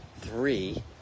three